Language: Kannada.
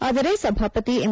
ಆದರೆ ಸಭಾಪತಿ ಎಂ